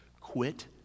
quit